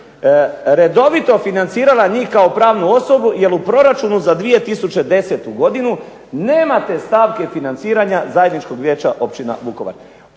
redovito financirala njih kao pravnu osobu jel u proračunu za 2010. godinu nemate stavke financiranja Zajedničkog vijeća Općine Vukovar.